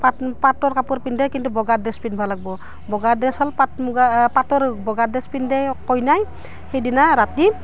পাট পাটৰ কাপোৰ পিন্ধাই কিন্তু বগা ড্ৰেছ পিন্ধিব লাগিব বগা ড্ৰেছ হ'ল পাট মূগা পাটৰ বগা ড্ৰেছ পিন্ধে কইনাই সিদিনা ৰাতি